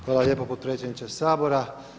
Hvala lijepa potpredsjedniče Sabora.